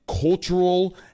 cultural